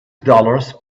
dollars